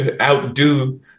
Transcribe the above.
outdo